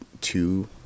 two